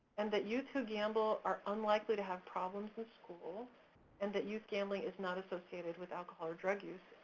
and that youth who gamble are unlikely to have problems with school and that youth gambling is not associated with alcohol or drug use.